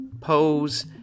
pose